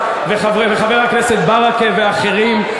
וחבר הכנסת באסל גטאס, וחבר הכנסת ברכה, ואחרים,